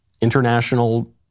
international